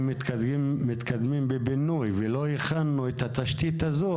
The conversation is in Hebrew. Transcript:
אם מתקדמים בבינוי ולא הכנו את התשתית הזאת,